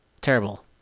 Terrible